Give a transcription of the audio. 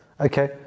Okay